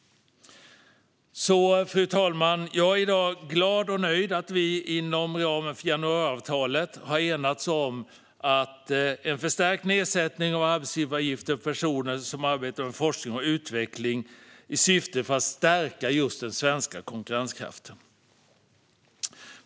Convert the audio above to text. Fru talman! Jag är i dag glad och nöjd att vi i dag inom ramen för januariavtalet har enats om en förstärkt nedsättning av arbetsgivaravgifter för personer som arbetar med forskning eller utveckling i syfte att stärka den svenska konkurrenskraften.